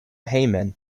hejmen